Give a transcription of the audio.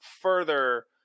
further